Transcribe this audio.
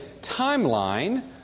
timeline